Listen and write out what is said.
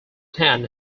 town